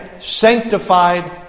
sanctified